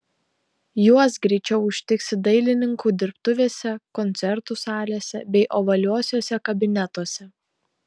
juos greičiau užtiksi dailininkų dirbtuvėse koncertų salėse bei ovaliuosiuose kabinetuose